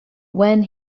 when